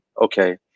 okay